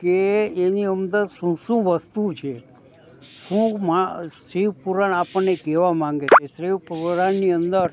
કે એની અંદર શું શું વસ્તુ છે શું માં શિવ પુરાણ પણ આપણને કેવા માંગે છે શિવ પુરાણની અંદર